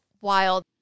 wild